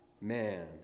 man